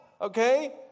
okay